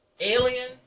Alien